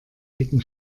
dicken